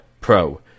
Pro